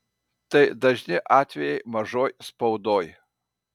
tai dažni atvejai mažoj spaudoj